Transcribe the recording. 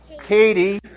Katie